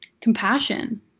compassion